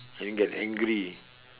and get angry